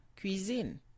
cuisine